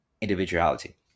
individuality